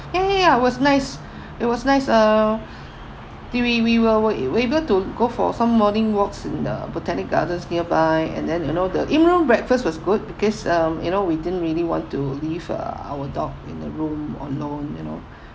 ya ya ya was nice it was nice uh we we we were were able to go for some morning walks in the botanic gardens nearby and then you know the american breakfast was good because um you know we didn't really want to leave uh our dog in the room alone you know